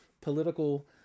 political